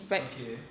okay